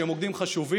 שהם מוקדים חשובים,